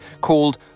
called